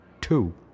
Two